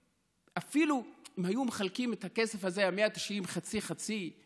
אפילו אם היו מחלקים את הכסף הזה, ה-190, חצי חצי,